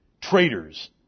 traitors